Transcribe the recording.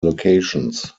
locations